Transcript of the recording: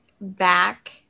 back